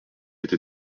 été